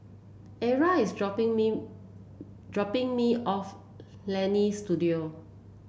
Arla is dropping me dropping me off Leonie Studio